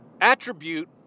attribute